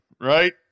right